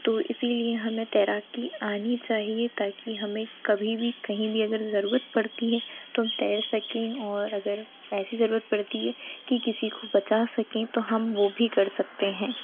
तो इसीलिए हमें तैराकी आनी चाहिए ताकि हमें कभी भी कहीं भी अगर ज़रूरत पड़ती है तो हम तैर सके और अगर ऐसी ज़रूरत पड़ती है कि किसी को बचा सके तो हम वह भी कर सकते हैं